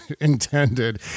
intended